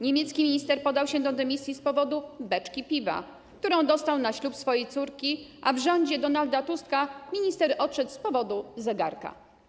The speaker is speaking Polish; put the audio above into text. Niemiecki minister podał się do dymisji z powodu beczki piwa, którą dostał na ślub swojej córki, a w rządzie Donalda Tuska minister odszedł z powodu zegarka.